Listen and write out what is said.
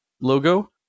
logo